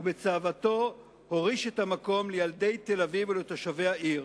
ובצוואתו הוריש את המקום "לילדי תל-אביב ולתושבי העיר".